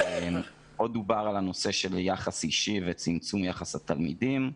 עוד דובר על הנושא של יחס אישי וצמצום יחס התלמידים,